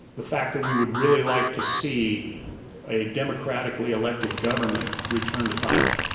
the fact that we would really like to see a democratically elected government return to thailand.